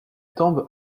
tombe